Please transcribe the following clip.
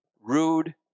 rude